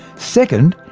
second,